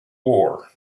war